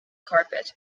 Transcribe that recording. carpet